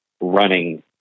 running